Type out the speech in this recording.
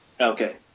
Okay